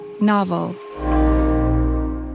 Novel